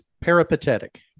peripatetic